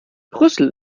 brüssel